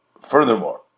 Furthermore